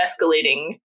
escalating